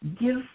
give